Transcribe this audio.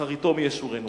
אחריתו מי ישורנה.